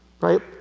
Right